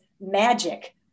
magic